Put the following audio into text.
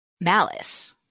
malice